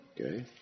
Okay